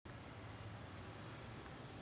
मला आर्थिक भांडवल सेवांची गरज आहे